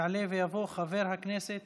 יעלה ויבוא חבר הכנסת